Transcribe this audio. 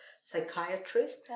psychiatrist